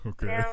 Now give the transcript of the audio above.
Okay